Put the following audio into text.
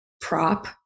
prop